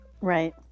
right